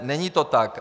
Není to tak.